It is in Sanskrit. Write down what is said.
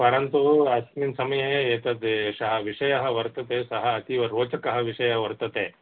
परन्तु अस्मिन् समये एतद् एषः विषयः वर्तते सः अतीव रोचकः विषयः वर्तते